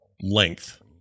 length